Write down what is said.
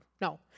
No